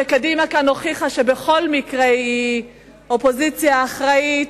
וקדימה הוכיחה כאן שבכל מקרה היא אופוזיציה אחראית.